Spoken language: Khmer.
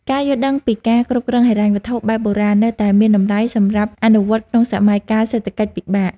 ការយល់ដឹងពីការគ្រប់គ្រងហិរញ្ញវត្ថុបែបបុរាណនៅតែមានតម្លៃសម្រាប់អនុវត្តក្នុងសម័យកាលសេដ្ឋកិច្ចពិបាក។